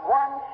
one